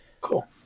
Cool